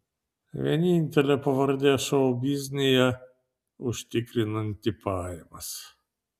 vienintelė pavardė šou biznyje užtikrinanti pajamas